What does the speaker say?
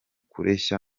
kureshya